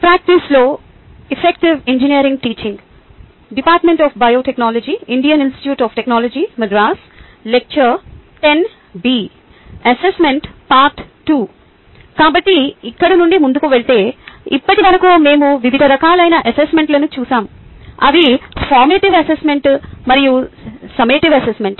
కాబట్టి ఇక్కడ నుండి ముందుకు వెళ్తే ఇప్పటివరకు మేము వివిధ రకాలైన అసెస్మెంట్లను చూసాము అవి ఫార్మేటివ్ అసెస్మెంట్ మరియు సమ్మేటివ్ అసెస్మెంట్